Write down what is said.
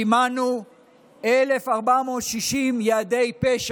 סימנו 1,460 יעדי פשע.